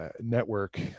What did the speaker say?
network